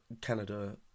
Canada